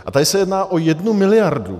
A tady se jedná o jednu miliardu.